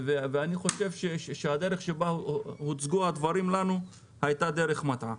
הדרך שבה הוצגו הדברים לנו הייתה דרך מטעה.